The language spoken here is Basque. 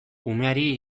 umeari